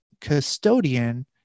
Custodian